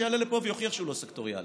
שיעלה לפה ויוכיח שהוא לא סקטוריאלי.